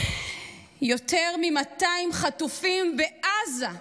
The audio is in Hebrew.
יותר מ-200 חטופים בעזה,